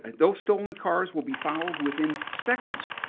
and those stolen cars will be found within seconds.